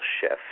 shift